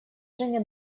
женя